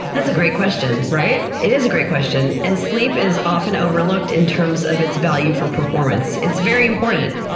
that's a great question. right! it is a great question, and sleep is often overlooked in terms of its value for performance. it's very important.